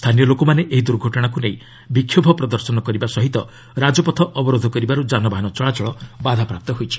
ସ୍ଥାନୀୟ ଲୋକମାନେ ଏହି ଦୂର୍ଘଟଣକୁ ନେଇ ବିକ୍ଷୋଭ ପ୍ରଦର୍ଶନ କରିବା ସହ ରାଜପଥ ଅବରୋଧ କରିବାରୁ ଯାନବାହନ ଚଳାଚଳ ବାଧାପ୍ରାପ୍ତ ହୋଇଛି